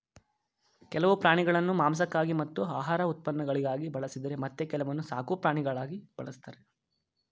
ಕೆಲವು ಪ್ರಾಣಿಗಳನ್ನು ಮಾಂಸಕ್ಕಾಗಿ ಮತ್ತು ಆಹಾರ ಉತ್ಪನ್ನಗಳಿಗಾಗಿ ಬಳಸಿದರೆ ಮತ್ತೆ ಕೆಲವನ್ನು ಸಾಕುಪ್ರಾಣಿಗಳಾಗಿ ಬಳ್ಸತ್ತರೆ